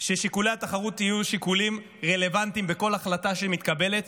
ששיקולי התחרות יהיו שיקולים רלוונטיים בכל החלטה שמתקבלת.